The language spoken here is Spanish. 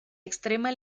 extrema